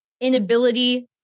inability